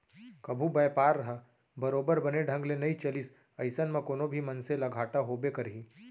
कभू बयपार ह बरोबर बने ढंग ले नइ चलिस अइसन म कोनो भी मनसे ल घाटा होबे करही